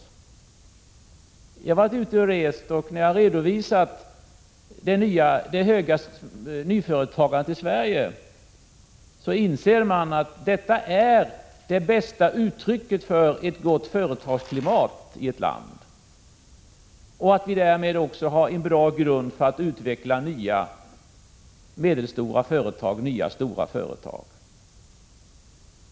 När jag har varit ute och rest och redovisat det höga nyföretagandet i Sverige, har man insett att detta är det bästa uttrycket 23 för ett gott företagsklimat i ett land och att vi i Sverige därmed också har en bra grund för att utveckla nya medelstora och stora företag.